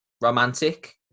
romantic